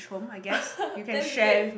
that's great